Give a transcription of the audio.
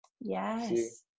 Yes